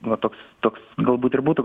na toks toks galbūt ir būtų